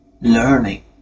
learning